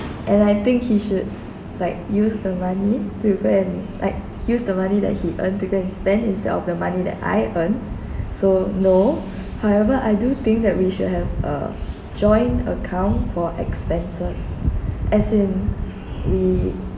and I think he should like use the money to go and like use the money like he earned to go and spend instead of the money that I earned so no however I do think that we should have a joint account for expenses as in we